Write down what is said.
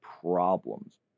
problems